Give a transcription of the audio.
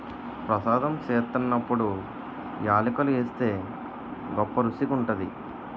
ప్రసాదం సేత్తున్నప్పుడు యాలకులు ఏస్తే గొప్పరుసిగా ఉంటాది